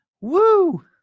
Woo